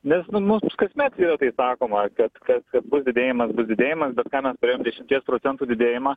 nes nu mums kasmet yra taip sakoma kad kad bus dėjimas bus dėjimas bet ką mes turėjom tiek procentų didėjimą